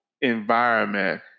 environment